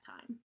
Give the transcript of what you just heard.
time